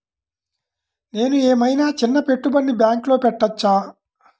నేను ఏమయినా చిన్న పెట్టుబడిని బ్యాంక్లో పెట్టచ్చా?